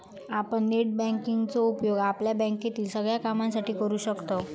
आपण net banking चो उपयोग आपल्या बँकेतील सगळ्या कामांसाठी करू शकतव